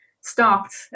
stopped